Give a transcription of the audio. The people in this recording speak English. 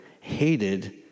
hated